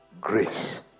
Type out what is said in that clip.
grace